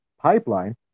pipeline